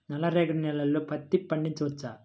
నల్ల రేగడి నేలలో పత్తి పండించవచ్చా?